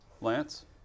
Lance